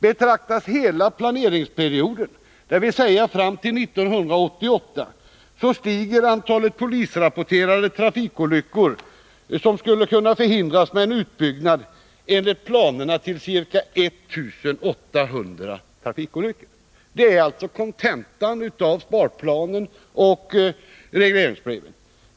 Betraktas hela planperioden, dvs. t.o.m. 1988, stiger antalet polisrapporterade trafikolyckor som skulle kunna förhindras med en utbyggnad enligt planerna till ca 1800. Det är alltså konsekvensen av sparplanen och regleringsbrevet.